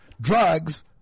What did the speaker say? drugs